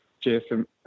Jason